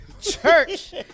church